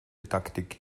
taktik